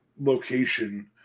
Location